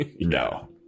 No